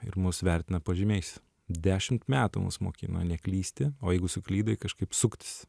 ir mus vertina pažymiais dešimt metų mus mokina neklysti o jeigu suklydai kažkaip suktis